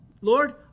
Lord